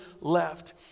left